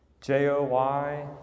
J-O-Y